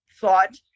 thought